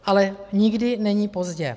Ale nikdy není pozdě.